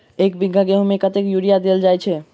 एक बीघा गेंहूँ मे कतेक यूरिया देल जाय छै?